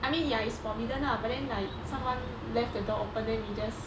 I mean ya it's forbidden lah but then like someone left the door open then we just